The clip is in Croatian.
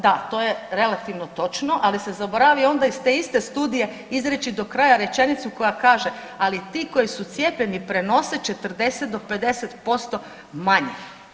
Da, to je relativno točno ali se zaboravi onda iz te iste studije izreći do kraja rečenicu koja kaže, ali ti koji su cijepljeni prenose 40 do 50% manje.